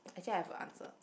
actually I have a answer